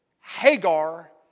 Hagar